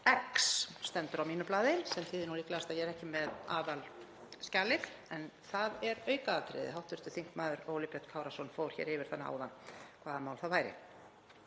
X, stendur á mínu blaði sem þýðir nú líklegast að ég er ekki með aðalskjalið en það er aukaatriði. Hv. þm. Óli Björn Kárason fór yfir það áðan hvaða mál það væri.